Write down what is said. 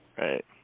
Right